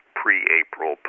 pre-April